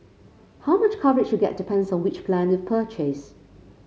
how much coverage you get depends on which plan you've purchased